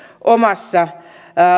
omassa